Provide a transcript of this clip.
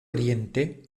oriente